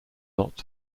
not